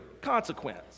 consequence